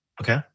okay